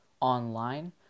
online